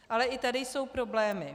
Ale i tady jsou problémy.